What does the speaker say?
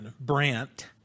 Brant